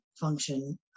function